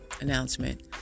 announcement